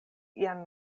ian